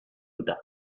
utah